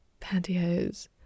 pantyhose